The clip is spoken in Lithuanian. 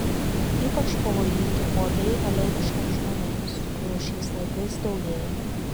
ypač pavojingi uodai alergiškiems žmonėms kurių šiais laikais daugėja